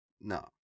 No